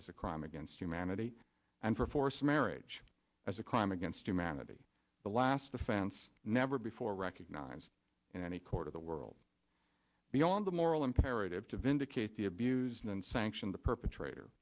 as a crime against humanity and for forced marriage as a crime against humanity the last defense never before recognized in any court of the world beyond the moral imperative to katie abuse and sanction the perpetrator